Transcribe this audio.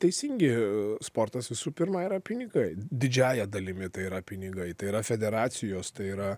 teisingi sportas visų pirma yra pinigai didžiąja dalimi tai yra pinigai tai yra federacijos tai yra